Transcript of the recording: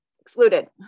excluded